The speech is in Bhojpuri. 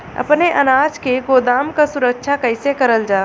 अपने अनाज के गोदाम क सुरक्षा कइसे करल जा?